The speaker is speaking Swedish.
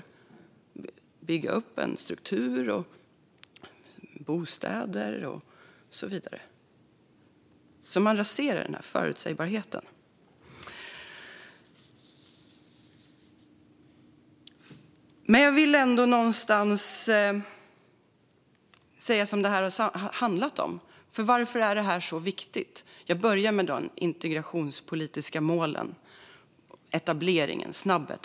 Det handlar ju om att bygga upp en struktur med bostäder och så vidare, och nu raserar man förutsägbarheten. Jag vill ändå någonstans säga vad detta har handlat om. Varför är det här så viktigt? Jag börjar med de integrationspolitiska målen och etableringen - en snabb etablering.